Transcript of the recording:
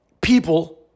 people